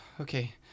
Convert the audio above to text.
Okay